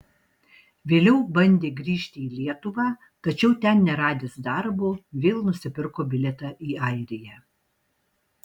vėliau bandė grįžti į lietuvą tačiau ten neradęs darbo vėl nusipirko bilietą į airiją